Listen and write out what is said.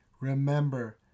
Remember